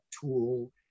tool